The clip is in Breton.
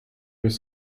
eus